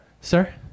sir